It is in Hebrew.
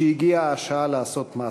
שהגיעה השעה לעשות מעשה.